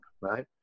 right